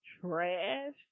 trash